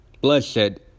bloodshed